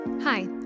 Hi